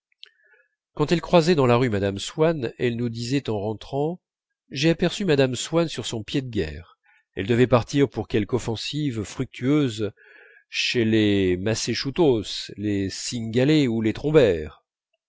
quand elle croisait dans la rue mme swann elle nous disait en rentrant j'ai aperçu mme swann sur son pied de guerre elle devait partir pour quelque offensive fructueuse chez les masséchutos les cynghalais ou les trombert